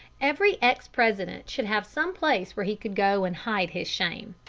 every ex-president should have some place where he could go and hide his shame.